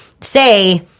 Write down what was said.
say –